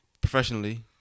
professionally